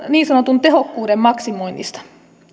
niin sanotun tehokkuuden maksimoinnista